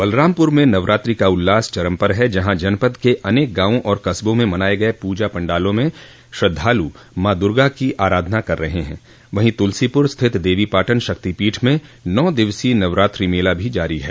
बलरामपुर में नवरात्रि का उल्लास चरम पर है जहां जनपद के अनेक गांवों और कस्बों में बनाये गये पूजा पंडालों में श्रद्धालु मां दुर्गा की आराधना कर रहे हैं वहीं तुलसीपुर स्थित देवीपाटन शक्तिपीठ में नौ दिवसीय नवरात्रि मेला भी जारी है